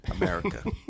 America